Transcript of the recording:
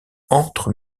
entre